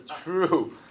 true